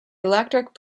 electric